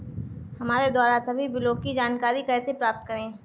हमारे द्वारा सभी बिलों की जानकारी कैसे प्राप्त करें?